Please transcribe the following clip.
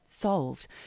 solved